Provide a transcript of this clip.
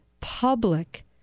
public